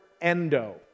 endo